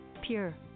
Pure